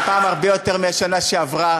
הפעם הרבה יותר מהשנה שעברה.